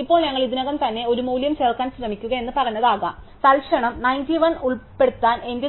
ഇപ്പോൾ ഞങ്ങൾ ഇതിനകം തന്നെ ഒരു മൂല്യം ചേർക്കാൻ ശ്രമിക്കുക എന്ന് പറഞ്ഞതാകാം തൽക്ഷണം 91 ഉൾപ്പെടുത്താൻ എന്റെ നിർദ്ദേശത്തിൽ